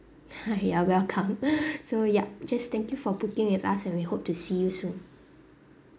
you're welcome so ya just thank you for booking with us and we hope to see you soon